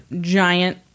giant